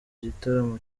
gitaramo